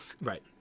right